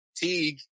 Teague